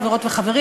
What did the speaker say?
חברות וחברים,